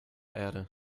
erde